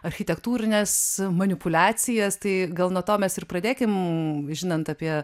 architektūrines manipuliacijas tai gal nuo to mes ir pradėkim žinant apie